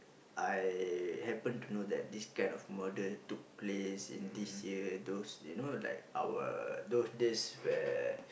I happen to know that this kind of murder took place in this year those you know like our those days where